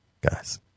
guys